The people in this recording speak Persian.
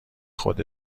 خود